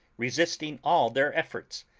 resisting all their efforts,